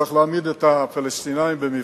צריך להעמיד את הפלסטינים במבחן.